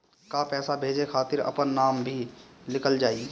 का पैसा भेजे खातिर अपने नाम भी लिकल जाइ?